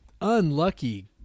unlucky